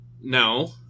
No